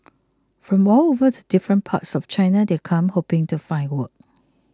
from all over the different parts of China they'd come hoping to find work